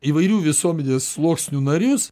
įvairių visuomenės sluoksnių narius